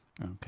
Okay